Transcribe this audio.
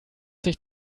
sich